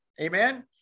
Amen